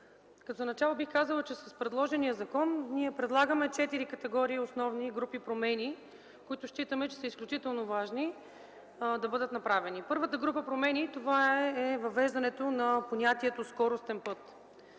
Като начало бих казала, че с този законопроект ние предлагаме четири категории основни групи промени, които считаме, че е изключително важно да бъдат направени. Първата група промени са във връзка с въвеждането на понятието „Скоростен път”.